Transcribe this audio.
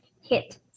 hit